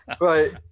Right